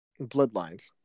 Bloodlines